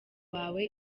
wawe